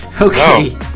Okay